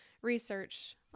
research